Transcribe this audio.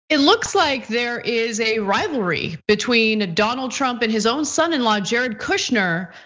it looks like there is a rivalry between donald trump and his own son-in-law jared kushner,